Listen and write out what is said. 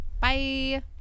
bye